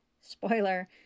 spoiler